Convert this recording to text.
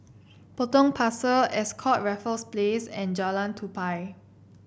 Potong Pasir Ascott Raffles Place and Jalan Tupai